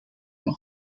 ans